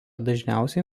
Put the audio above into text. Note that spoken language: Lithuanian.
dažniausiai